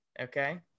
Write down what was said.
Okay